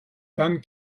dann